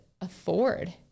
afford